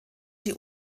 die